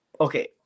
Okay